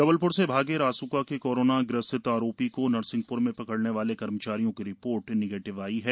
जबलप्र से भागे रास्का के कोरोना ग्रसित आरोपी को नरसिंहप्र में पकड़ने वाले कर्मचारियों की रिपोर्ट निगेटिव आई है